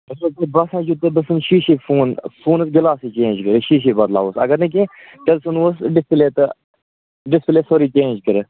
اگر تۄہہِ باسان چھُ تُہۍ گژھوِ شیٖشے فون فونَس گِلاسٕے چینٛج کٔرِو شیٖشے بَدلٲیہوٗس اگر نہٕ کیٚنٛہہ تیٚلہِ ژھُنۍہوٗس ڈِسپٕلیے تہٕ ڈِسپٕلیے ژھوٚرُے چینٛج کٔرِتھ